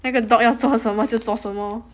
那个 dog 要做什么就做什么